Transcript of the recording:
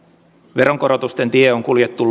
veronkorotusten tie on kuljettu